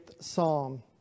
Psalm